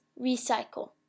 recycle